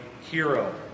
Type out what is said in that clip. hero